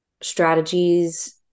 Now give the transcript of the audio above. strategies